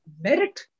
merit